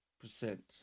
Percent